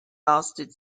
lasted